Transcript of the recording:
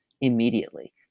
immediately